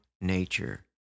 nature